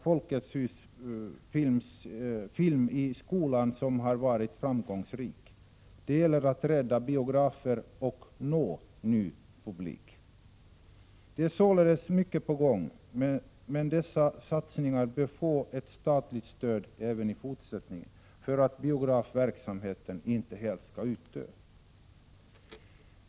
Folkets Hus-film i skolan har varit framgångsrik. Det gäller att rädda biografer och nå ny publik. Det är således mycket på gång, men dessa satsningar bör få ett statligt stöd även i fortsättningen för att biografverksamheten inte helt skall dö ut.